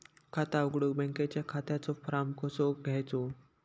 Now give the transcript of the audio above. खाता उघडुक बँकेच्या खात्याचो फार्म कसो घ्यायचो?